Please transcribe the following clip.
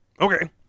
Okay